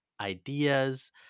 ideas